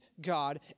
God